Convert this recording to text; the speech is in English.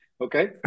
Okay